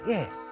Yes